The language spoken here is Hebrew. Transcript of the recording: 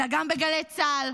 אלא גם בגלי צה"ל,